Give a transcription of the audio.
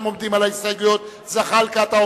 זחאלקה?